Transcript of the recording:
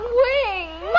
wings